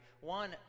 One